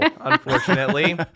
unfortunately